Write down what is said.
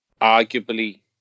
arguably